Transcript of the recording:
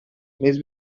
més